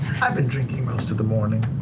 i've been drinking most of the morning,